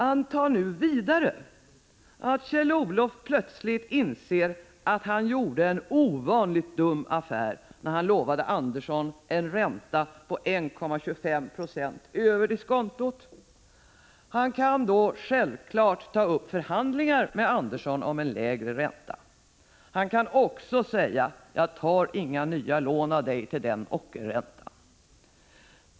Antag nu vidare, att Kjell-Olof plötsligt inser att han gjorde en ovanligt dum affär när han lovade Andersson en ränta på 1,25 96 över diskontot. Han kan då självfallet ta upp förhandlingar med Andersson om en lägre ränta. Han kan också säga: Jag tar inga nya lån av dig till den ockerräntan.